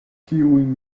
kiujn